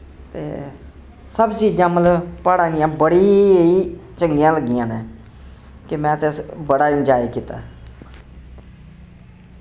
सब चीजां मतलव प्हाड़ां दियां बड़ी चंगियां लग्गियां नै के में ते बड़ा एन्जाय कीता